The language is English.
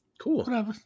Cool